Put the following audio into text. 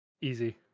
easy